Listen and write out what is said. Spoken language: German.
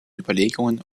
überlegungen